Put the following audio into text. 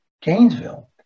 Gainesville